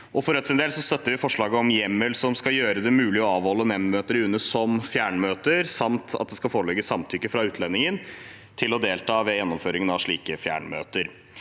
For Rødts del støtter vi forslaget om hjemmel som skal gjøre det mulig å avholde nemndmøter i UNE som fjernmøter, samt at det skal foreligge samtykke fra utlendingen til å delta ved gjennomføringen av slike fjernmøter.